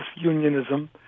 unionism